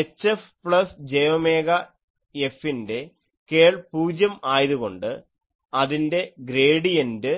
HF plus j omega F ൻ്റെ curl പൂജ്യം ആയതുകൊണ്ട് അതിൻ്റെ ഗ്രേഡിയൻറ്